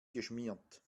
geschmiert